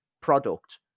product